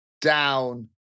down